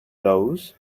those